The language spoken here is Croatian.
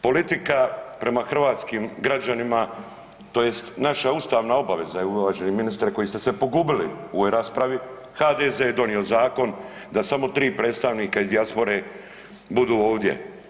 Politika prema hrvatskim građanima, tj. naša ustavna obaveza uvaženi ministre koji ste se pogubili u ovoj raspravi HDZ je donio zakon da samo tri predstavnika iz dijaspore budu ovdje.